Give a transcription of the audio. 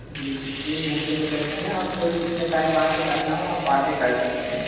जी तीन घंटे के सेशन है आपको जितने टाइम आके करना हो आप आके कर सकते हैं